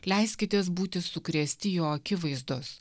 leiskitės būti sukrėsti jo akivaizdos